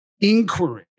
inquiry